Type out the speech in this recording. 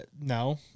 No